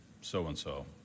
so-and-so